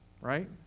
right